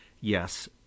Yes